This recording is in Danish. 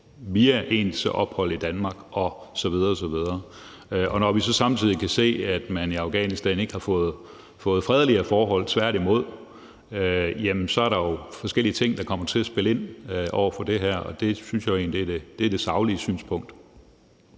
via ens ophold i Danmark, osv. osv. Når vi så samtidig kan se, at man i Afghanistan ikke har fået fredeligere forhold, tværtimod, er der forskellige ting, der kommer til at spille ind over for det her. Det synes jeg jo egentlig er det saglige synspunkt.